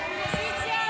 הסתייגות 1928 לא נתקבלה.